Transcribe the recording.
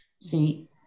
See